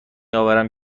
آورم